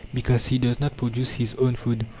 because he does not produce his own food,